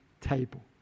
table